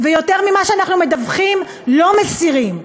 ויותר ממה שאנחנו מדווחים, לא מסירים.